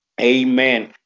amen